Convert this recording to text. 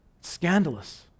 scandalous